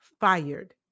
fired